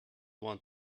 want